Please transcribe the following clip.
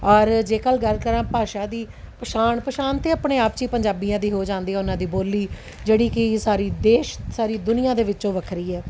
ਔਰ ਜੇਕਰ ਗੱਲ ਕਰਾਂ ਭਾਸ਼ਾ ਦੀ ਪਛਾਣ ਪਛਾਣ ਤਾਂ ਆਪਣੇ ਆਪ 'ਚ ਹੀ ਪੰਜਾਬੀਆਂ ਦੀ ਹੋ ਜਾਂਦੀ ਉਹਨਾਂ ਦੀ ਬੋਲੀ ਜਿਹੜੀ ਕਿ ਸਾਰੀ ਦੇਸ਼ ਸਾਰੀ ਦੁਨੀਆ ਦੇ ਵਿੱਚੋਂ ਵੱਖਰੀ ਹੈ